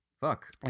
Fuck